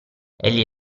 egli